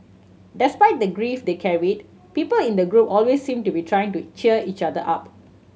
despite the grief they carried people in the group always seemed to be trying to cheer each other up